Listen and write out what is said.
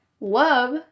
Love